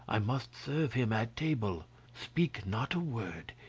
i must serve him at table speak not a word,